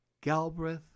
Galbraith